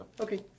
Okay